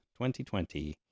2020